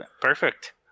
perfect